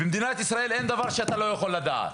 במדינת ישראל אין דבר שאתה לא יכול לדעת.